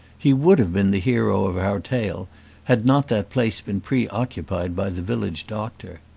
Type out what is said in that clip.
he would have been the hero of our tale had not that place been pre-occupied by the village doctor.